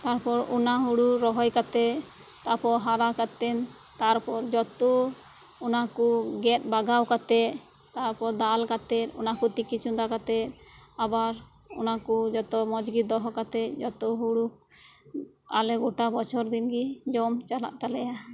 ᱛᱟᱨᱯᱚᱨ ᱚᱱᱟ ᱦᱩᱲᱩ ᱨᱚᱦᱚᱭ ᱠᱟᱛᱮᱫ ᱛᱟᱨᱯᱚᱨ ᱦᱟᱨᱟ ᱠᱟᱛᱮᱫ ᱛᱟᱨ ᱯᱚᱨ ᱡᱚᱛᱚ ᱚᱱᱟ ᱠᱚ ᱜᱮᱫ ᱵᱟᱜᱟᱣ ᱠᱟᱛᱮᱫ ᱛᱟᱯᱚᱨ ᱫᱟᱞ ᱠᱟᱛᱮᱫ ᱚᱱᱟ ᱠᱚ ᱛᱤᱠᱤ ᱪᱚᱸᱫᱟ ᱠᱟᱛᱮᱫ ᱟᱵᱟᱨ ᱚᱱᱟ ᱠᱚ ᱡᱚᱛᱚ ᱢᱚᱡᱽ ᱜᱮ ᱫᱚᱦᱚ ᱠᱟᱛᱮᱫ ᱡᱚᱛᱚ ᱦᱩᱲᱩ ᱟᱞᱮ ᱜᱚᱴᱟ ᱵᱚᱪᱷᱚᱨ ᱫᱤᱱ ᱜᱮ ᱡᱚᱢ ᱪᱟᱞᱟᱜ ᱛᱟᱞᱮᱭᱟ